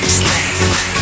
slave